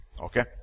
Okay